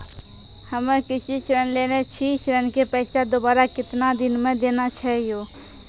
हम्मे कृषि ऋण लेने छी ऋण के पैसा दोबारा कितना दिन मे देना छै यो?